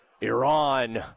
Iran